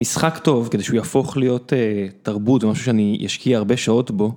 משחק טוב כדי שהוא יפוך להיות תרבות ומשהו שאני אשקיע הרבה שעות בו.